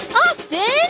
austin,